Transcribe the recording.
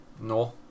No